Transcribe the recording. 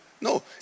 No